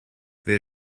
wer